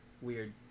weird